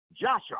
Joshua